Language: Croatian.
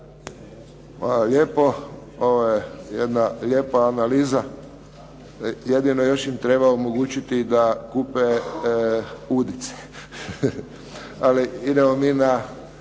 lijepo. Ovo je jedna lijepa analiza, jedino još im treba omogućiti da kupe udice. Ali idemo mi na